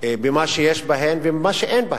במה שיש בהן ובמה שאין בהן.